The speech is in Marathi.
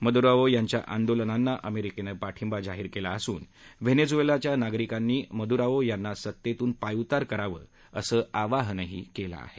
मदुराओ यांच्या आंदोलनाला अमेरिकेनं पाठिंबा जाहीर केला असून व्हेनेझुएलाच्या नागरिकांनी मदुराओ यांना सत्तेतून पायउतार करावं असं आवाहनही केलं आहे